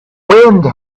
wind